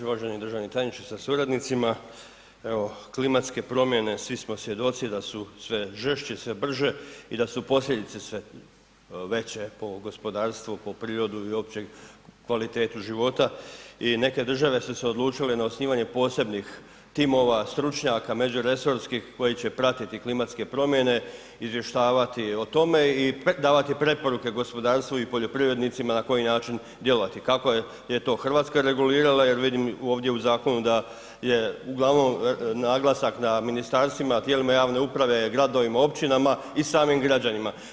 Uvaženi državni tajniče sa suradnicima, evo klimatske promjene, svi smo svjedoci da su sve žešće, sve brže i da su posljedice sve veće po gospodarstvo, po prirodu i uopće kvalitetu života i neke države su se odlučile na osnivanje posebnih timova, stručnjaka, međuresorskih koji će pratiti klimatske promjene, izvještavati o tome i davati preporuke gospodarstvu i poljoprivrednicima na koji način djelovati, kako je to RH regulirala jer vidim ovdje u zakonu da je uglavnom naglasak na ministarstvima, tijelima javne uprave, gradovima, općinama i samim građanima.